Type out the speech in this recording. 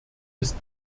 ist